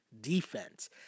defense